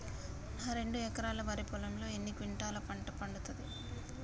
నా రెండు ఎకరాల వరి పొలంలో ఎన్ని క్వింటాలా పంట పండుతది?